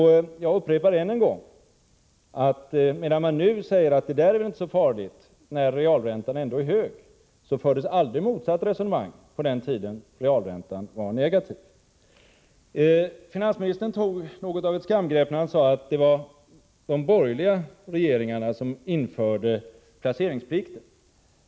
Jag upprepar än en gång att medan man nu säger att det där väl inte är så farligt när realräntan ändå är hög, fördes aldrig motsatt resonemang på den tiden realräntan var negativ. Finansministern tog något av ett skamgrepp när han sade att det var de borgerliga regeringarna som införde placeringsplikten.